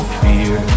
fear